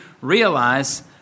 realize